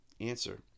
Answer